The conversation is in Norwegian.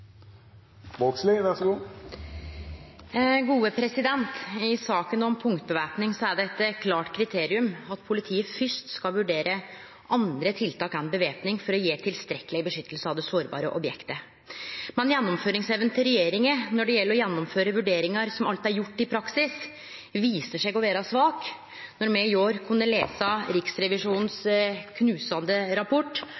eit klart kriterium at politiet fyrst skal vurdere andre tiltak enn væpning for å gje tilstrekkeleg vern av det sårbare objektet. Men gjennomføringsevna til regjeringa når det gjeld å gjennomføre tiltak ut frå vurderingar som alt er gjorde, i praksis, viser seg å vere svak: Me kunne i år